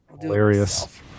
Hilarious